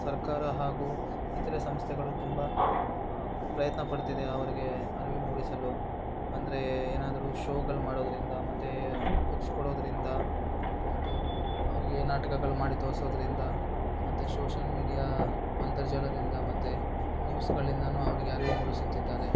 ಸರ್ಕಾರ ಹಾಗೂ ಇತರೆ ಸಂಸ್ಥೆಗಳು ತುಂಬ ಪ್ರಯತ್ನ ಪಡ್ತಿದೆ ಅವರಿಗೆ ಅರಿವು ಮೂಡಿಸಲು ಅಂದರೆ ಏನಾದರೂ ಶೋಗಳು ಮಾಡೋದರಿಂದ ಮತ್ತು ಬುಕ್ಸ್ ಕೊಡೋದರಿಂದ ಮತ್ತು ಅವರಿಗೆ ನಾಟಕಗಳು ಮಾಡಿ ತೋರಿಸೋದರಿಂದ ಮತ್ತು ಶೋಷಿಯಲ್ ಮೀಡಿಯಾ ಅಂತರ್ಜಾಲದಿಂದ ಮತ್ತು ನ್ಯೂಸ್ಗಳಿಂದ ಅವರಿಗೆ ಅರಿವು ಮೂಡಿಸುತ್ತಿದ್ದಾರೆ